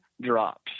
Drops